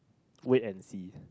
wait and see